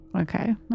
Okay